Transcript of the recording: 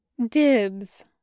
Dibs